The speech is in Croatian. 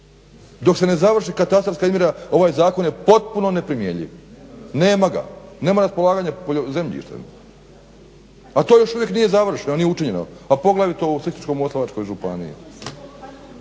Dok se ne završi katastarska izmjera ovaj zakon je potpuno neprimjenjiv, nema ga, nema raspolaganja zemljištem. A to još uvijek nije završeno ni učinjeno, a poglavito u Sisačko-moslavačkoj županiji.